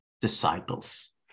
disciples